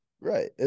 Right